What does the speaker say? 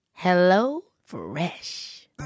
HelloFresh